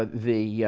ah the yeah